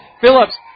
Phillips